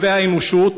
אויבי האנושות,